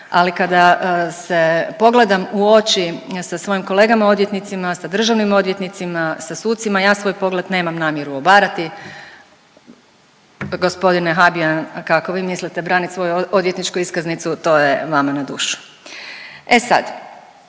ali kada se pogledam u oči sa svojim kolegama odvjetnicima, sa državnim odvjetnicima, sa sucima ja svoj pogled nemam namjeru obarati. Gospodine Habijan kako vi mislite braniti svoju odvjetničku iskaznicu to je vama na dušu. E sad,